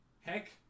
heck